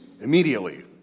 immediately